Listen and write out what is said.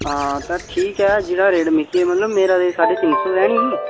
हां ते ठीक एह् जेह्ड़ा रेट मिकी मतलब मेरा रेट साड्ढे तिन सौ ऐ नी